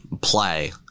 play